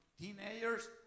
teenagers